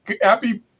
Happy